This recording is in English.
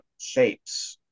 shapes